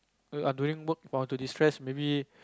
err while during work I want to destress maybe